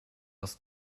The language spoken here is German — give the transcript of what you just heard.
das